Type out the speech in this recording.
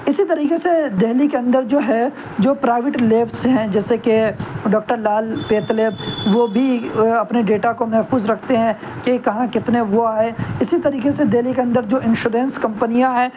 اسی طریقے سے دہلی کے اندر جو ہے جو پرائیویٹ لیبس ہیں جیسے کہ ڈاکٹر لال پیتھ لیب وہ بھی اپنے ڈیٹا کو محفوظ رکھتے ہیں کہ کہاں کتنے وہ آئے اسی طریقے سے دہلی کے اندر جو انشورنس کمپنیاں ہیں